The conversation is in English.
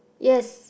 yes